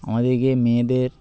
আমাদেরকে মেয়েদের